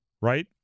right